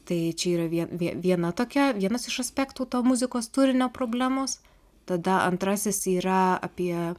tai čia yra viena tokia vienas iš aspektų to muzikos turinio problemos tada antrasis yra apie